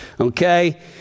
okay